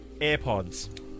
Airpods